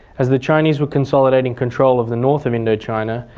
as the chinese were consolidating control of the north of indochina,